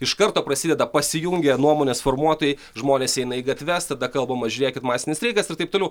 iš karto prasideda pasijungia nuomonės formuotojai žmonės eina į gatves tada kalbama žiūrėkit masinis streikas ir taip toliau